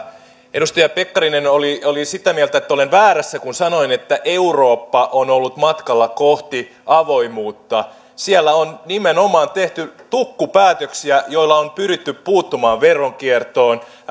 edustaja pekkarinen oli oli sitä mieltä että olen väärässä kun sanoin että eurooppa on ollut matkalla kohti avoimuutta siellä on nimenomaan tehty tukku päätöksiä joilla on pyritty puuttumaan veronkiertoon